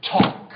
talk